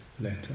letter